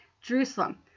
Jerusalem